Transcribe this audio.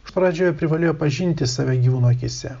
iš pradžių jie privalėjo pažinti save gyvūnų akyse